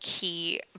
key